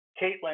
Caitlin